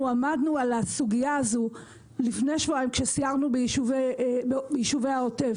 עמדנו על הסוגיה הזו לפני שבועיים כשסיירנו בישובי העוטף.